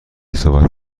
صحبت